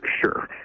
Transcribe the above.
Sure